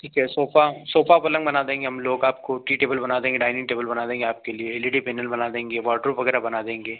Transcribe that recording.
ठीक है sofa sofa पलंग बना देंगे हम लोग आपको टी टेबल बना देंगे डाइनिंग टेबल बना देंगे आपके लिए एलईडी पेनल बना देंगे वार्डरोब वगैरह बना देंगे